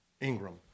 Ingram